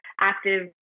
active